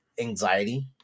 anxiety